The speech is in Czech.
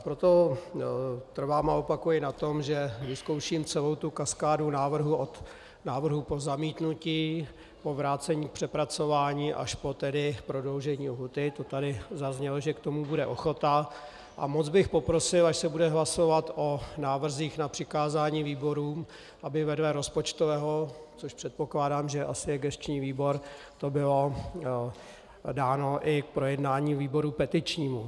Proto trvám na tom a opakuji to, že vyzkouším celou kaskádu návrhů od návrhů na zamítnutí po vrácení k přepracování až po tedy prodloužení lhůty, to tady zaznělo, že k tomu bude ochota, a moc bych poprosil, až se bude hlasovat o návrzích na přikázání výborům, aby to vedle rozpočtového, což předkládám, že je asi gesční výbor, bylo dáno k projednání i výboru petičnímu.